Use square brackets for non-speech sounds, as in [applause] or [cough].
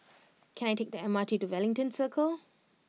[noise] can I take the M R T to Wellington Circle